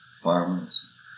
farmers